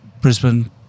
Brisbane